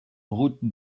route